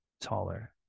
taller